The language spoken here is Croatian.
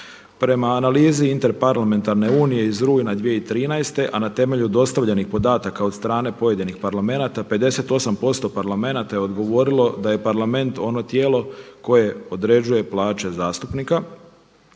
Prema analizi Interparlamentarne unije iz rujna 2013. a na temelju dostavljenih podatka od strane pojedinih parlamenata 58% parlamenata je odgovorilo da je parlament ono tijelo koje određuje plaće zastupnika